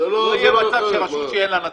שלא יהיה מצב שרשות שאין לה נציג.